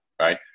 right